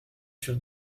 sur